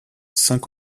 cinq